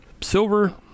silver